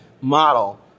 model